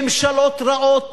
ממשלות רעות